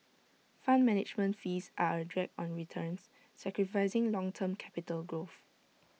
fund management fees are A drag on returns sacrificing long term capital growth